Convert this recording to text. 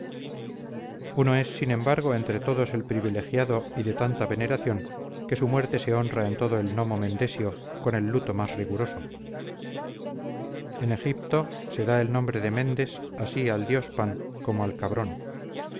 uno es sin embargo entre todos el privilegiado y de tanta veneración que su muerte se honra en todo el nomo mendesio con el luto más riguroso en egipto se da el nombre de mendes así al dios pan como al cabrón